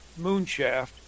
Moonshaft